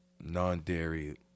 non-dairy